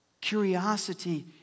Curiosity